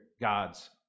God's